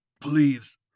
Please